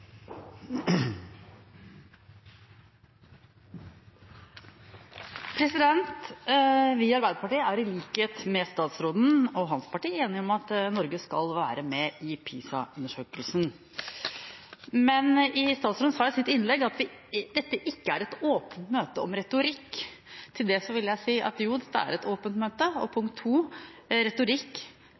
i likhet med statsråden og hans parti, enige om at Norge skal være med i PISA-undersøkelsen. Statsråden sa i sitt innlegg at dette ikke er et åpent møte om retorikk. Til det vil jeg si at det er et åpent møte, og at retorikk